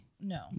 No